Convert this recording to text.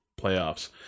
playoffs